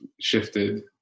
shifted